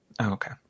Okay